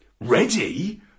Ready